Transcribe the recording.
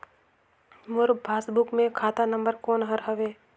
मोर passbook मे खाता number कोन हर हवे?